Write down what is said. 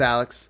Alex